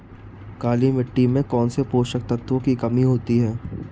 काली मिट्टी में कौनसे पोषक तत्वों की कमी होती है?